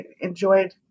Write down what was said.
enjoyed